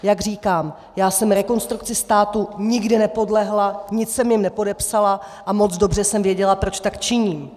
Jak říkám, já jsem Rekonstrukci státu nikdy nepodlehla, nic jsme jim nepodepsala a moc dobře jsem věděla, proč tak činím.